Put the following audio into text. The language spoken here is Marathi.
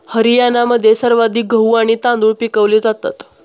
हरियाणामध्ये सर्वाधिक गहू आणि तांदूळ पिकवले जातात